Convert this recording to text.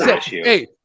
hey